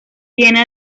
tiene